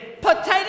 potato